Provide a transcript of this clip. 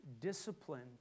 disciplined